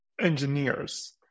engineers